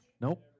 Nope